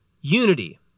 Unity